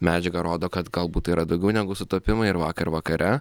medžiaga rodo kad galbūt tai yra daugiau negu sutapimai ir vakar vakare